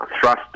thrust